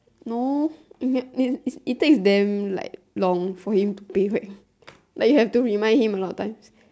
no it it it take damn like long for him to pay back like you have to remind him a lot of times